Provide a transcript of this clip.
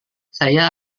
saya